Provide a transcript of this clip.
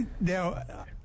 Now